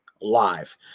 live